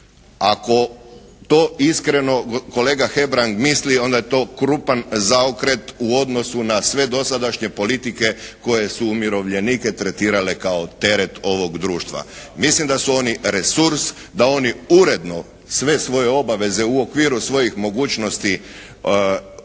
Ako to iskreno kolega Hebrang misli onda je to krupan zaokret u odnosu na sve dosadašnje politike koje su umirovljenike tretirale kao teret ovog društva. Mislim da su oni resurs, da oni uredno sve svoje obaveze u okviru svojih mogućnosti plaćaju